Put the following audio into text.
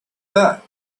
that